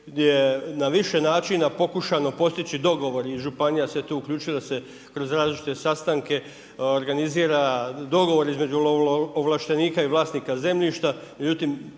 na više načina pokušano postići dogovor, i županija se tu uključila da se kroz različite sastanke organizira dogovor između lovoovlaštenika i vlasnika zemljišta